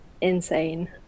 insane